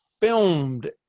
filmed